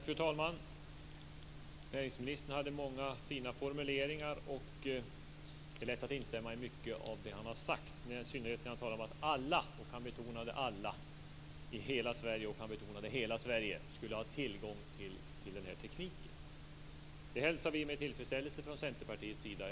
Fru talman! Näringsministern hade många fina formuleringar. Det är också lätt att instämma i mycket av det han har sagt, i synnerhet när han talar om att alla - han betonade alla - i hela Sverige - han betonade hela - skulle ha tillgång till den här tekniken. Det hälsar vi med tillfredsställelse från Centerpartiets sida.